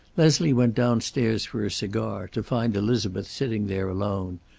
leslie went downstairs for a cigar, to find elizabeth sitting there alone,